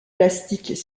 plastiques